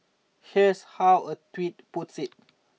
here's how a tweet puts it